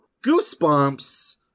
goosebumps